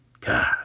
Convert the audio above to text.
god